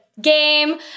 game